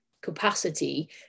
capacity